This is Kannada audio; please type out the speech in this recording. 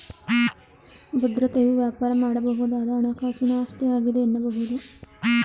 ಭದ್ರತೆಯು ವ್ಯಾಪಾರ ಮಾಡಬಹುದಾದ ಹಣಕಾಸಿನ ಆಸ್ತಿಯಾಗಿದೆ ಎನ್ನಬಹುದು